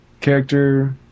character